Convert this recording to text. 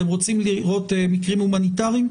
אתם רוצים לראות מקרים הומניטריים?